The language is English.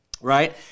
right